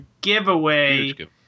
giveaway